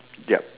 yup